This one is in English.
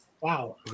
Wow